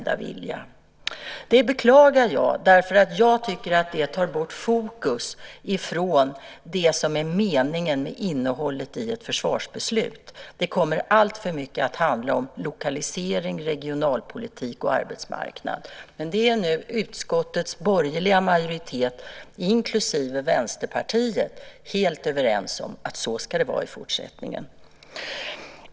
Det beklagar jag, för jag tycker att det tar bort fokus från det som är meningen med innehållet i ett försvarsbeslut. Det kommer alltför mycket att handla om lokalisering, regionalpolitik och arbetsmarknad. Utskottets borgerliga majoritet inklusive Vänsterpartiet är dock nu helt överens om att det så ska vara i fortsättningen.